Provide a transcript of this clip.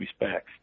respects